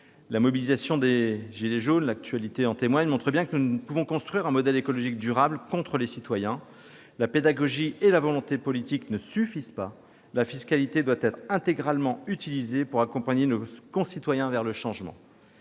La mobilisation des « gilets jaunes »- l'actualité en témoigne -montre bien que nous ne pouvons construire un modèle écologique durable contre les citoyens. La pédagogie et la volonté politique ne suffisent pas. La fiscalité doit être intégralement utilisée pour accompagner nos concitoyens vers le changement.